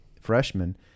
freshman